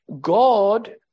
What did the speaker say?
God